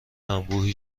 انبوهی